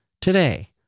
today